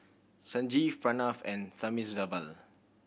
Sanjeev Pranav and Thamizhavel